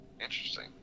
Interesting